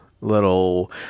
little